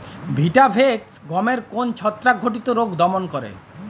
Vitavax গমের কোন ছত্রাক ঘটিত রোগ দমন করে?